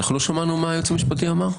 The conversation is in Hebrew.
לא שמענו מה שהיועץ המשפטי אמר?